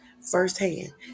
Firsthand